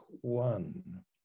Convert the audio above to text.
one